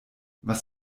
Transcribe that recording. was